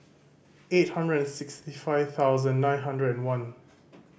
eight hundred and sixty five thousand nine hundred and one